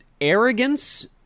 arrogance